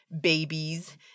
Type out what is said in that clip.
babies